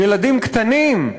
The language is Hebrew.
ילדים קטנים,